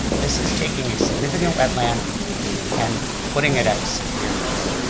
this is taking a significant wetland and putting it at severe risk.